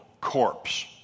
corpse